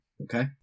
Okay